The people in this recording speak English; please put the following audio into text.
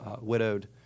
Widowed